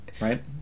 right